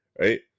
right